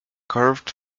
curved